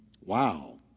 Wow